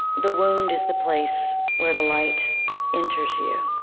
the wound is the place where the light enters you.